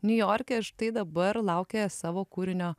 niujorke štai dabar laukia savo kūrinio